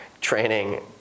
training